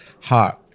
hot